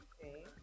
okay